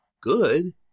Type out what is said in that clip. good